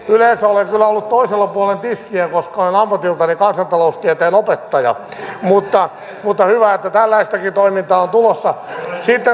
yleensä olen kyllä ollut toisella puolen tiskiä koska olen ammatiltani kansantaloustieteen opettaja mutta hyvä että tällaistakin toimintaa on tulossa